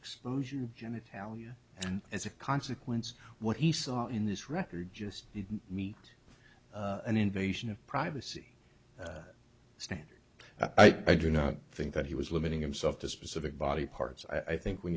exposure genitalia and as a consequence what he saw in this record just didn't meet an invasion of privacy standard i do not think that he was limiting himself to specific body parts i think when